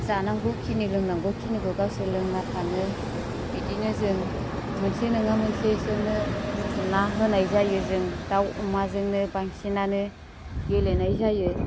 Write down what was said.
जानांगौखिनि लोंनांगौखिनिखौ गावसोर लोंना थाङो बिदिनो जों मोनसे नङा मोनसे बिसोरनो बुथुमना होनाय जायो जों दाउ अमाजोंनो बांसिनानो गेलेनाय जायो